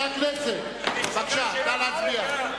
בבקשה, נא להצביע.